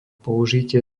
použitie